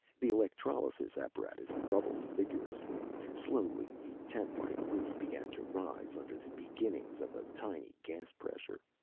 the electrolysis apparatus bubbled vigorously. slowly the tentlike roof began to rise, under the beginnings of a tiny gas-pressure.